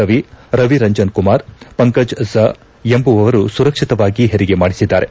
ರವಿ ರವಿರಂಜನ್ ಕುಮಾರ್ ಪಂಕಜ್ ಜಾ ಎಂಬುವವರು ಸುರಕ್ಷಿತವಾಗಿ ಹೆರಿಗೆ ಮಾದಿಸಿದ್ದಾರೆ